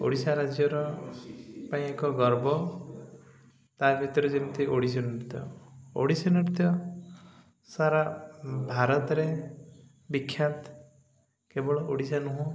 ଓଡ଼ିଶା ରାଜ୍ୟର ପାଇଁ ଏକ ଗର୍ବ ତା ଭିତରେ ଯେମିତି ଓଡ଼ିଶୀ ନୃତ୍ୟ ଓଡ଼ିଶୀ ନୃତ୍ୟ ସାରା ଭାରତରେ ବିଖ୍ୟାତ କେବଳ ଓଡ଼ିଶା ନୁହଁ